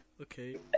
okay